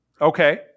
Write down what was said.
Okay